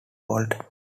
bolt